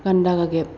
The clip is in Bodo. गान्दा गागेब